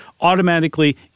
Automatically